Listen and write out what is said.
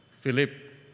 Philip